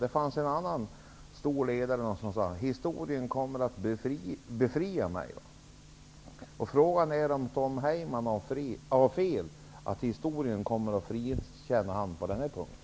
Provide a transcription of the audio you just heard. Det fanns en stor ledare som sade att historien skulle komma att frikänna honom. Frågan är om Tom Heyman har fel och om historien kommer att frikänna honom på denna punkt.